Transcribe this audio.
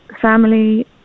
family